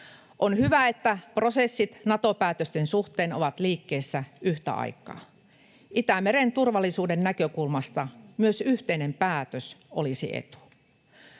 On hyvä, että prosessit Nato-päätösten suhteen ovat liikkeessä yhtä aikaa. Itämeren turvallisuuden näkökulmasta myös yhteinen päätös olisi etu.